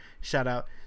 shout-out